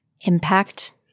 impact